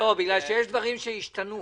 בגלל שיש דברים שהשתנו.